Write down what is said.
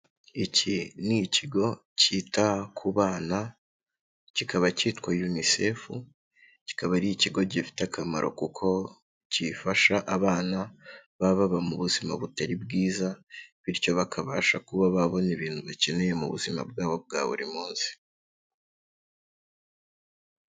Iki ni ikigo cyita ku bana, kikaba cyitwa UNICEF, kikaba ari ikigo gifite akamaro kuko kifasha abana baba baba mu buzima butari bwiza, bityo bakabasha kuba babona ibintu bakeneye mu buzima bwabo bwa buri munsi.